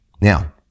Now